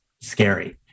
scary